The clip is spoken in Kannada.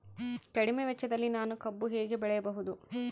ಕಡಿಮೆ ವೆಚ್ಚದಲ್ಲಿ ನಾನು ಕಬ್ಬು ಹೇಗೆ ಬೆಳೆಯಬಹುದು?